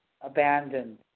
abandoned